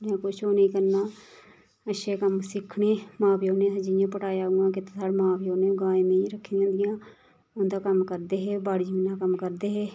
जां कुछ ओह् नेईं करना अच्छे कम्म सिक्खने मां प्यौ न जियां पढ़ाया उ'यां कीता साढ़ै मां प्यौ न गायें बी रक्खी दियां होंदियां उंदा कम्म करदे हे बाड़ी जमीने दा कम्म करदे हे